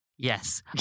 Yes